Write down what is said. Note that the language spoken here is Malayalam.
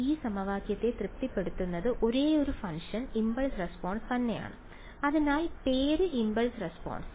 ഈ സമവാക്യത്തെ തൃപ്തിപ്പെടുത്തുന്ന ഒരേയൊരു ഫംഗ്ഷൻ ഇംപൾസ് റെസ്പോൺസ് തന്നെയാണ് അതിനാൽ പേര് ഇംപൾസ് റെസ്പോൺസ്